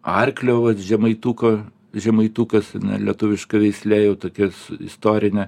arklio vat žemaituko žemaitukas lietuviška veislė jau tokie su istorine